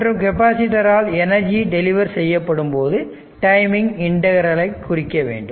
மற்றும் கெப்பாசிட்டர் ஆல் energy deliver செய்யப்படும்போது டைமிங் இன்டகரல்ஐ குறிக்க வேண்டும்